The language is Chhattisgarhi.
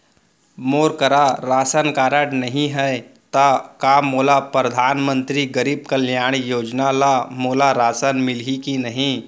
मोर करा राशन कारड नहीं है त का मोल परधानमंतरी गरीब कल्याण योजना ल मोला राशन मिलही कि नहीं?